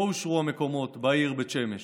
לא אושרו המקומות בעיר בית שמש,